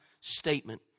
statement